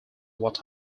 what